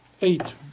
eight